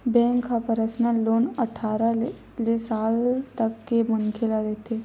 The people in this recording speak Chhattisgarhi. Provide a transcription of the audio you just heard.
बेंक ह परसनल लोन अठारह ले साठ साल तक के मनखे ल देथे